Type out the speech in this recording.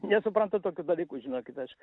nesuprantu tokių dalykų žinokit aš